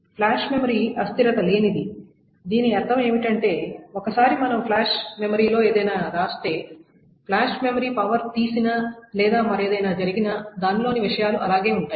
flash memory అస్థిరత లేనిది దీని అర్థం ఏమిటంటే ఒకసారి మనం ఫ్లాష్ మెమరీ లో ఏదైనా వ్రాస్తే ఫ్లాష్ మెమరీ పవర్ తీసినా లేదా మరేదైనా జరిగినా దానిలోని విషయాలు అలాగే ఉంటాయి